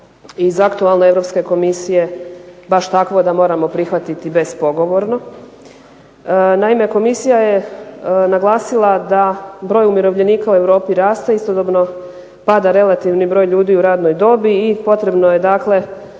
iz aktualne Europske komisije baš takvo da moramo prihvatiti bespogovorno. Naime, komisija je naglasila da broj umirovljenika u Europi raste, istodobno pada relativni broj ljudi u radnoj dobi i potrebno je dakle